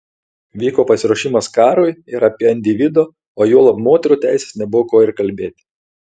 vyko pasiruošimas karui ir apie individo o juolab moterų teises nebuvo ko ir kalbėti